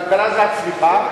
כלכלה זה הצמיחה,